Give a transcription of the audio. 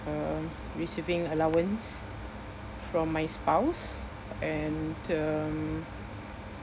uh receiving allowance from my spouse and um